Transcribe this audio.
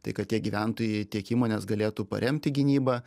tai kad tiek gyventojai tiek įmonės galėtų paremti gynybą